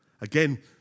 Again